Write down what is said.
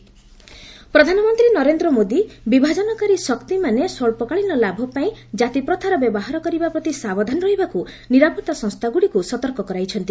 PM DGP conference ପ୍ରଧାନମନ୍ତ୍ରୀ ନରେନ୍ଦ୍ର ମୋଦି ବିଭାଜନକାରୀ ଶକ୍ତିମାନେ ସ୍ୱଚ୍ଚ କାଳିନ ଲାଭ ପାଇଁ ଜାତିପ୍ରଥାର ବ୍ୟବହାର କରିବା ପ୍ରତି ସାବଧାନ ରହିବାକୁ ନିରାପତ୍ତା ସଂସ୍ଥାଗୁଡ଼ିକୁ ସତର୍କ କରାଇଛନ୍ତି